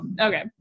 Okay